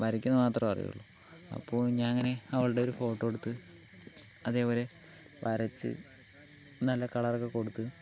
വരയ്ക്കുന്ന് മാത്രമേ അറിയുള്ളൂ അപ്പോൾ ഞാനങ്ങനെ അവളുടെ ഒരു ഫോട്ടോ എടുത്ത് അതേപോലെ വരച്ച് നല്ല കളറൊക്കെ കൊടുത്ത്